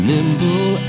Nimble